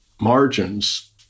margins